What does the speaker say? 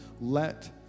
let